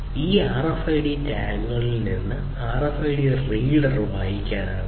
ഈ RFID ടാഗുകളിൽ നിന്ന് RFID റീഡർ വായിക്കാനാകും